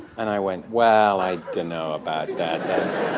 and i went, well, i don't know about that.